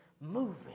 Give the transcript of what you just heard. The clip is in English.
moving